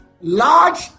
large